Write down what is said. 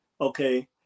okay